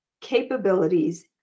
capabilities